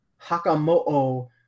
Hakamo'o